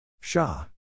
Shah